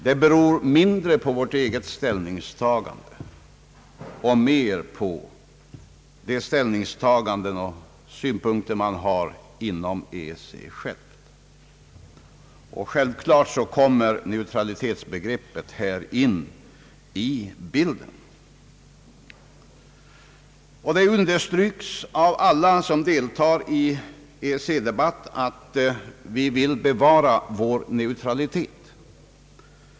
Det beror mindre på vårt eget ställningstagande och mer på de ställningstaganden och synpunkter man har inom EEC självt. Självklart kommer neutralitetsbegreppet här in i bilden. Det understryks av alla som deltar i EEC-debatten att vi vill bevara vår neutralitet.